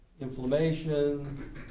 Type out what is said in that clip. inflammation